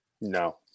No